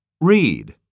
Read